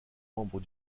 membres